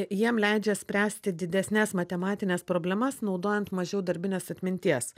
jiem leidžia spręsti didesnes matematines problemas naudojant mažiau darbinės atminties